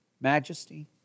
majesty